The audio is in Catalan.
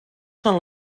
són